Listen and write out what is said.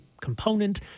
component